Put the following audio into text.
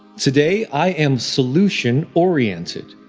today, i am solution oriented.